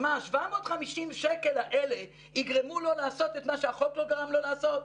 ה-750 שקל האלה יגרמו לו לעשות את מה שהחוק לא גרם לו לעשות?